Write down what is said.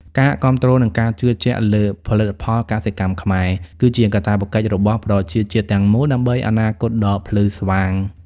ការគាំទ្រ និងការជឿជាក់លើផលិតផលកសិកម្មខ្មែរ គឺជាកាតព្វកិច្ចរបស់ប្រជាជាតិទាំងមូល ដើម្បីអនាគតដ៏ភ្លឺស្វាង។